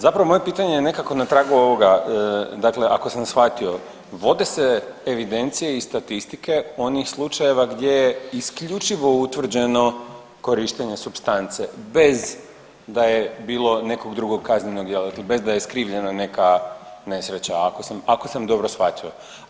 Zapravo moje pitanje je nekako na tragu ovoga, dakle ako sam shvatio, vode se evidencije i statistike onih slučajeva gdje je isključivo utvrđeno korištenje supstance bez da je bilo neko drugo kazneno djelo, bez da je skrivljena neka nesreća ako sam dobro shvatio.